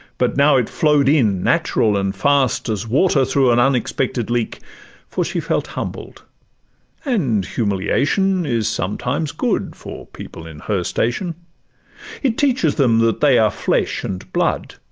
but now it flow'd in natural and fast, as water through an unexpected leak for she felt humbled and humiliation is sometimes good for people in her station it teaches them that they are flesh and blood,